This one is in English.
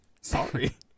sorry